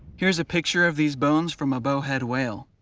here's a picture of these bones from a bowhead whale.